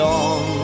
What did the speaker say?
on